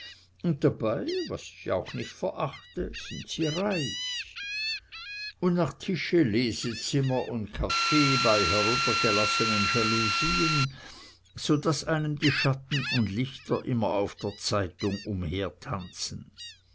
und dabei was ich auch nicht verachte sind sie reich und nach tische lesezimmer und kaffee bei heruntergelassenen jalousien so daß einem die schatten und lichter immer auf der zeitung